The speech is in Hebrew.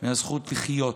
את הזכות לחיות,